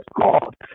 God